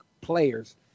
players